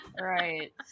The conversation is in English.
Right